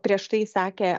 prieš tai sakė